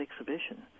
exhibition